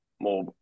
more